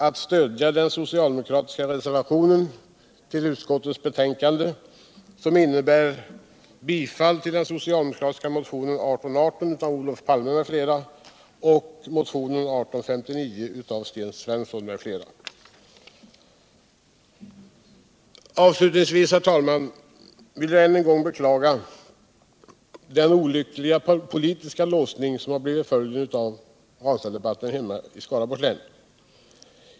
Avslutningsvis vill jag än en gång beklaga den olyckliga politiska låsning som blivit följden av Ranstadsdebatten hemma i Skaraborgs län.